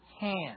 hand